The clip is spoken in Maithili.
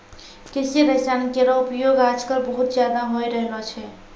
कृषि रसायन केरो उपयोग आजकल बहुत ज़्यादा होय रहलो छै